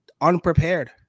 unprepared